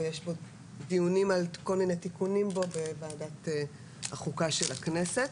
ויש בו דיונים על כל מיני תיקונים בוועדת החוקה של הכנסת.